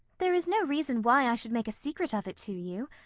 there is no reason why i should make a secret of it to you.